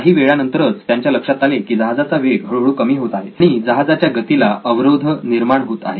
काही वेळा नंतरच त्यांच्या लक्षात आले की जहाजाचा वेग हळूहळू कमी होत आहे आणि जहाजाच्या गतीला अवरोध निर्माण होत आहे